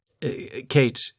Kate